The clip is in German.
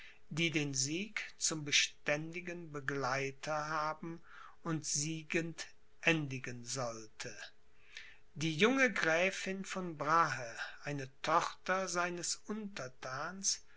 die den sieg zum beständigen begleiter haben und siegend endigen sollte die junge gräfin von brahe eine tochter seines unterthans